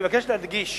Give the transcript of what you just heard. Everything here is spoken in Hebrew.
אני מבקש להדגיש: